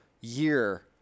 year